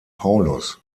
paulus